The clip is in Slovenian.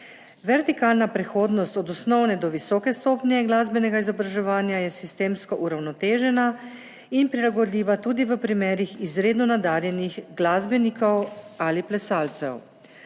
Vertikalna prehodnost od osnovne do visoke stopnje glasbenega izobraževanja je sistemsko uravnotežena in prilagodljiva tudi v primerih izredno nadarjenih glasbenikov ali plesalcev.